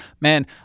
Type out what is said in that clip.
man